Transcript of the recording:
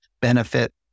benefit